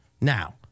Now